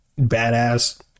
badass